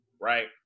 right